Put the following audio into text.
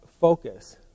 focus